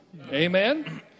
Amen